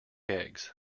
eggs